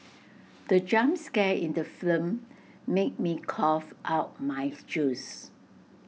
the jump scare in the film made me cough out my juice